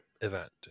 event